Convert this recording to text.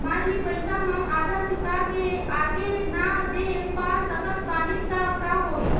मान ली पईसा हम आधा चुका के आगे न दे पा सकत बानी त का होई?